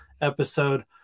episode